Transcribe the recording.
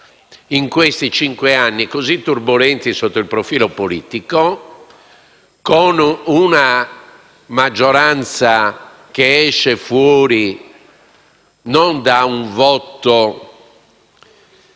in questi cinque anni così turbolenti sotto il profilo politico, con una maggioranza che non esce fuori da un voto